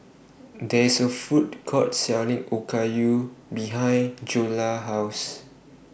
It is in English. There IS A Food Court Selling Okayu behind Joella's House